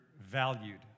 valued